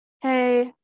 hey